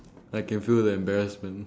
I can feel the embarrassment